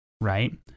right